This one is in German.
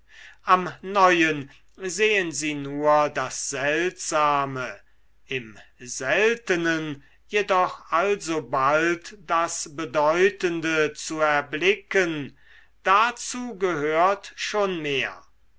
am neuen sehen sie nur das seltsame im seltenen jedoch alsobald das bedeutende zu erblicken dazu gehört schon mehr